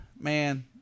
man